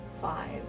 five